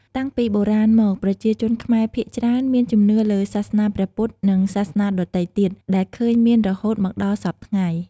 តាំងពីបុរាណមកប្រជាជនខ្មែរភាគច្រើនមានជំនឿលើសាសនាព្រះពុទ្ធនិងសាសនាដទៃទៀត ដែលឃើញមានរហូតមកដល់សព្វថ្ងៃ។